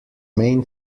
main